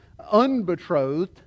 unbetrothed